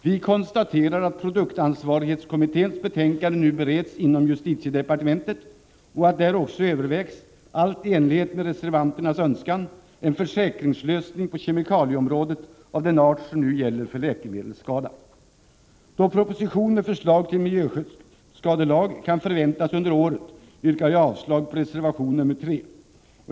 Vi konstaterar att produktansvarighetskommitténs betänkande nu bereds inom justitiedepartementet, och att där också övervägs — allt i enlighet med reservanternas önskan — en försäkringslösning på kemikalieområdet av den art som gäller för läkemedelsskada. Då proposition med förslag till miljöskyddsskadelag kan förväntas under året yrkar jag avslag på reservation nr 3.